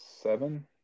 seven